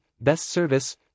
best-service